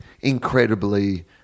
incredibly